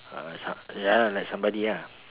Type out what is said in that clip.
uh so~ ya like somebody lah